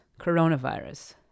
coronavirus